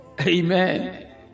Amen